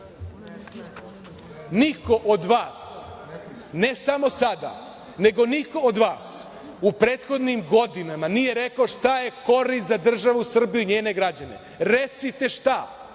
Niko od vas, ne samo sada, niko od vas, u prethodnim godinama nije rekao šta je korist za državu Srbiju i njene građane, recite šta